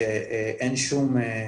שאין שום,